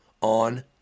on